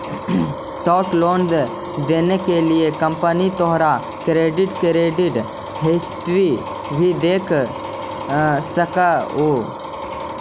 short loan देने के लिए कंपनी तोहार क्रेडिट क्रेडिट हिस्ट्री भी देख सकलउ हे